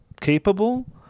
capable